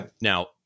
Now